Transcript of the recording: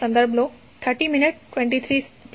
396 kilowatt મળશે